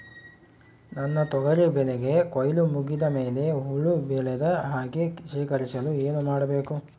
ನನ್ನ ತೊಗರಿ ಬೆಳೆಗೆ ಕೊಯ್ಲು ಮುಗಿದ ಮೇಲೆ ಹುಳು ಬೇಳದ ಹಾಗೆ ಶೇಖರಿಸಲು ಏನು ಮಾಡಬೇಕು?